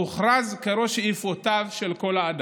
הוכרז כראש שאיפותיו של כל האדם.